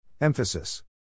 Emphasis